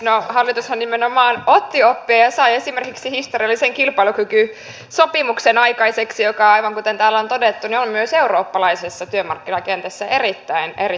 no hallitushan nimenomaan otti oppia ja sai esimerkiksi historiallisen kilpailukykysopimuksen aikaiseksi joka aivan kuten täällä on todettu on myös eurooppalaisessa työmarkkinakentässä erittäin erittäin suuri saavutus